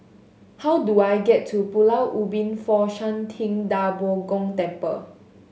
how do I get to Pulau Ubin Fo Shan Ting Da Bo Gong Temple